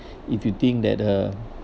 if you think that uh